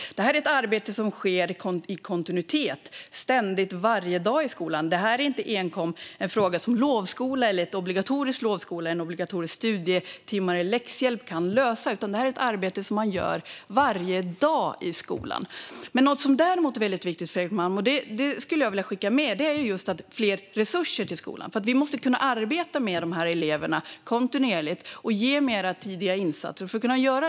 Det är ett arbete som sker i kontinuitet, ständigt, varje dag i skolan. Detta är inte enkom en fråga som lovskola eller obligatorisk lovskola, obligatoriska studietimmar eller läxhjälp kan lösa, utan det är ett arbete som man gör varje dag i skolan. Det finns däremot något som är väldigt viktigt, Fredrik Malm, och som jag skulle vilja skicka med. Det handlar om mer resurser till skolan. Vi måste kunna arbeta med dessa elever kontinuerligt och ge mer tidiga insatser.